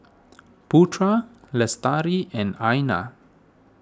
Putra Lestari and